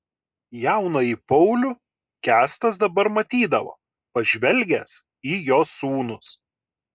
jaunąjį paulių kęstas dabar matydavo pažvelgęs į jo sūnus